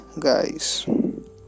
guys